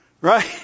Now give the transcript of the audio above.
Right